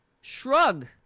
Shrug